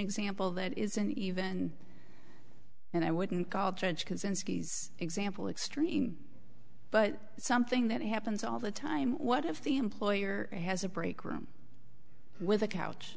example that isn't even and i wouldn't call judge kozinski example extreme but something that happens all the time what if the employer has a break room with a couch